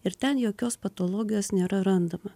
ir ten jokios patologijos nėra randama